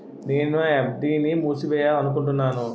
నేను నా ఎఫ్.డి ని మూసివేయాలనుకుంటున్నాను